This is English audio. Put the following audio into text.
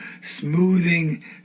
smoothing